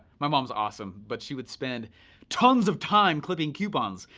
my mom's awesome, but she would spend tons of time clipping coupons.